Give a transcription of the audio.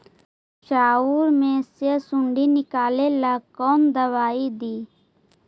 चाउर में से सुंडी निकले ला कौन दवाई दी?